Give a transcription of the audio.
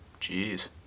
Jeez